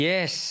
Yes